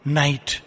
night।